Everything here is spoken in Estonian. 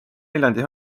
viljandi